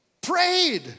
prayed